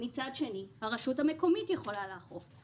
מצד שני הרשות המקומית יכולה לאכוף.